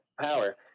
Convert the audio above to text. power